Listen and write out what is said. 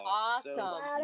awesome